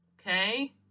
Okay